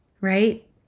right